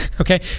Okay